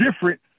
different